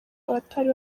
abatari